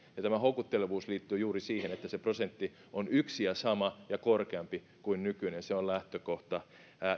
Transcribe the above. ja tämä houkuttelevuus liittyy juuri siihen että se prosentti on yksi ja sama ja korkeampi kuin nykyinen se on lähtökohta